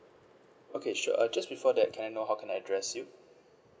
okay sure uh just before that can know how can I address you